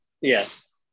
yes